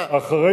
אתה נתת את,